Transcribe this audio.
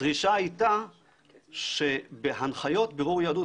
הדרישה הייתה שבהנחיות בירור יהדות,